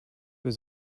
was